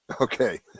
okay